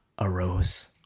arose